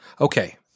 Okay